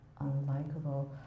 unlikable